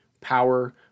power-